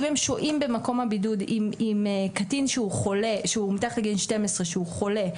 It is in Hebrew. אם הם שוהים במקום הבידוד עם קטין שהוא מתחת לגיל 12 שהוא חולה,